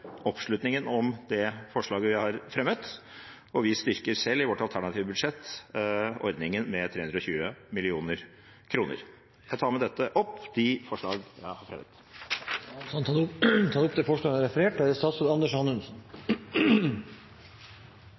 oppslutningen om det forslaget vi har fremmet, og vi styrker selv i vårt alternative budsjett ordningen med 320 mill. kr. Jeg tar med dette opp de forslagene Miljøpartiet De Grønne har sammen med SV. Representanten Rasmus Hansson har tatt opp de forslagene han refererte. Også i denne saken er det